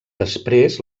després